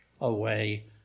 away